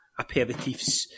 aperitifs